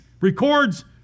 records